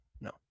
No